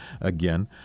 again